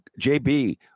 JB